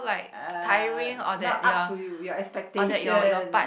uh not up to you your expectation